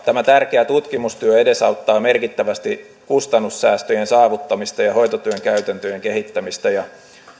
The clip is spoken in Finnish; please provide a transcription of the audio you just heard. tämä tärkeä tutkimustyö edesauttaa merkittävästi kustannussäästöjen saavuttamista ja hoitotyön käytäntöjen kehittämistä